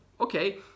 Okay